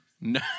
no